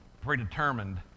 predetermined